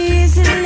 Easy